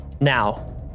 now